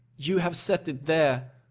you have set it there.